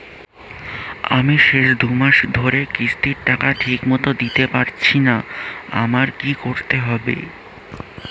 আমি শেষ দুমাস ধরে কিস্তির টাকা ঠিকমতো দিতে পারছিনা আমার কি করতে হবে?